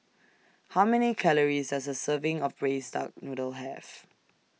How Many Calories Does A Serving of Braised Duck Noodle Have